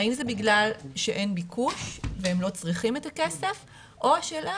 האם זה בגלל שאין ביקוש והם לא צריכים את הכסף או השאלה,